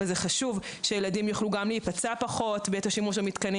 זה חשוב שילדים יוכלו להיפצע פחות בעת השימוש במתקנים